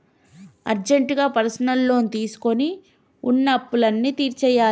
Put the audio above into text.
అర్జెంటుగా personal loan తీసుకొని వున్న అప్పులన్నీ తీర్చేయ్యాలే